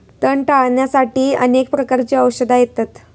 तण टाळ्याण्यासाठी अनेक प्रकारची औषधा येतत